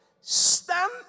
stand